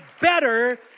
better